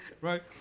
Right